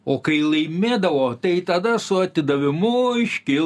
o kai laimėdavo tai tada su atidavimu iškil